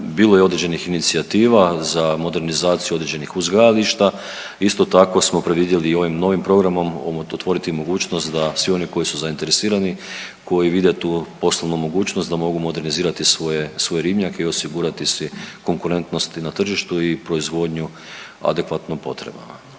Bilo je određenih inicijativa za modernizaciju određenih uzgajališta. Isto tako smo predvidjeli i ovim novim programom otvoriti mogućnost da svi oni koji su zainteresirani, koji vide tu poslovnu mogućnost da mogu modernizirati svoje, svoje ribnjake i osigurati si konkurentnost i na tržištu i proizvodnju adekvatno potrebno.